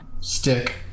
stick